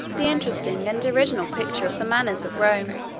the interesting and original picture of the manners of rome.